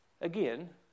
again